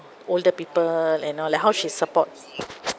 older people and all like how she support